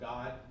God